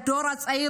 הדור הצעיר,